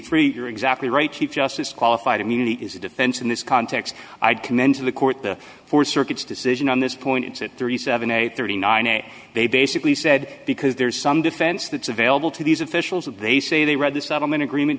three you're exactly right chief justice qualified immunity is a defense in this context i commend to the court the four circuits decision on this point it's at thirty seven a thirty nine a they basically said because there's some defense that's available to these officials that they say they read the settlement agreement